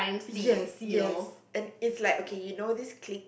yes yes and is like okay you know this clique